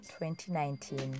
2019